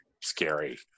scary